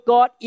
God